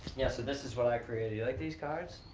yeah, so this is what i created, you like these cards?